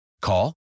Call